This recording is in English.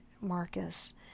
Marcus